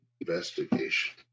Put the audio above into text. Investigation